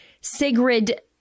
Sigrid